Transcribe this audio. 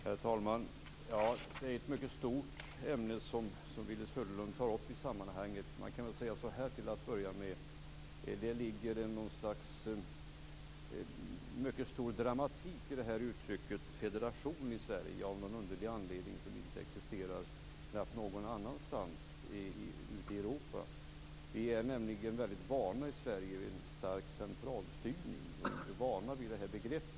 Herr talman! Det är ett mycket stort ämne som Willy Söderdahl tar upp i sammanhanget. Jag kan säga så här till att börja med: Det ligger mycket stor dramatik i uttrycket federation i Sverige av någon underlig anledning, som knappt existerar någon annanstans ute i Europa. Vi är nämligen väldigt vana i Sverige vid en stark centralstyrning. Vi är inte vana vid det här begreppet.